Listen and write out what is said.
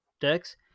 decks